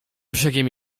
brzegiem